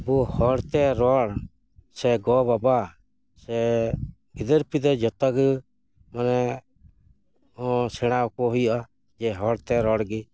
ᱟᱵᱚ ᱦᱚᱲ ᱛᱮ ᱨᱚᱲ ᱥᱮ ᱜᱚᱼᱵᱟᱵᱟ ᱥᱮ ᱜᱤᱫᱟᱹᱨ ᱯᱤᱫᱟᱹᱨ ᱡᱚᱛᱚᱜᱮ ᱢᱟᱱᱮ ᱥᱮᱬᱟᱣ ᱠᱚ ᱦᱩᱭᱩᱜᱼᱟ ᱡᱮ ᱦᱚᱲᱛᱮ ᱨᱚᱲᱜᱮ